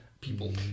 people